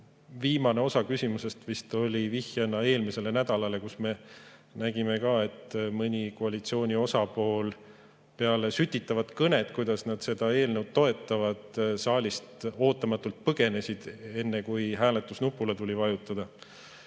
viimane osa küsimusest oli vist vihje eelmisele nädalale, kui me nägime, et mõni koalitsiooni osapool peale sütitavat kõnet, kuidas ta seda eelnõu toetab, saalist ootamatult põgenes, enne kui hääletusnuppu tuli vajutada.